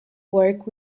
worked